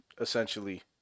essentially